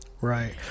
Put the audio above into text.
Right